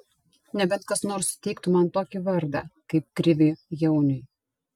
nebent kas nors suteiktų man tokį vardą kaip kriviui jauniui